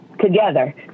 together